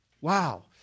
Wow